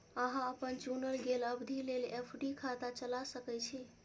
अहां अपन चुनल गेल अवधि लेल एफ.डी खाता चला सकै छी